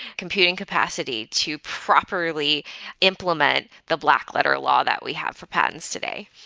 computing capacity to properly implement the black letter law that we have for patents today.